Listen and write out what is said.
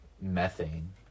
methane